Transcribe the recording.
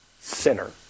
sinner